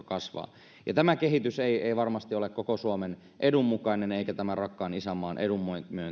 kasvaa tämä kehitys ei ei varmasti ole koko suomen edun mukainen eikä tämän rakkaan isänmaan edun